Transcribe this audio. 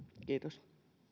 kiitos